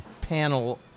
panel